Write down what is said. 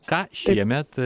ką šiemet